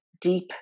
deep